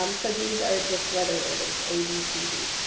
um so these are just letter ratings abcd.